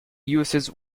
uses